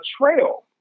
trail